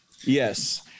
Yes